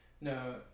No